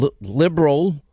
liberal